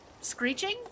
screeching